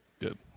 Good